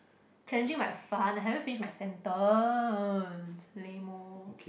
challenging but fun I haven't finish my sentence lame oh